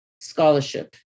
scholarship